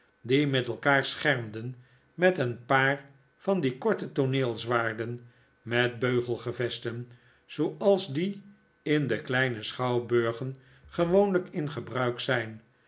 die met elkaar schermden met een paar van die korte tooneelzwaarden met beugelgevesten zooals die in de kleine schouwburgen gewoonlijk in gebruik zijn